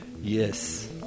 Yes